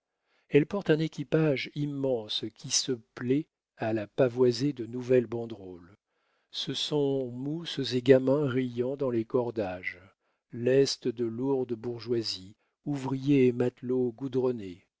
elle porte un équipage immense qui se plaît à la pavoiser de nouvelles banderoles ce sont mousses et gamins riant dans les cordages lest de lourde bourgeoisie ouvriers et matelots goudronnés